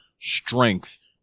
strength